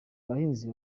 bahinzi